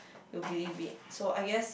you believe it so I guess